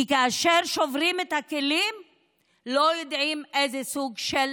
כי כאשר שוברים את הכלים לא יודעים איזה סוג של